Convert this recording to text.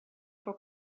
for